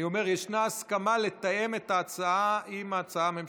אני אומר: יש הסכמה לתאם את ההצעה עם ההצעה הממשלתית.